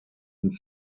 and